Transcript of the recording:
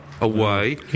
away